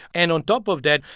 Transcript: and on top of that,